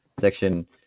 section